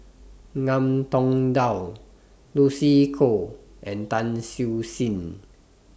Ngiam Tong Dow Lucy Koh and Tan Siew Sin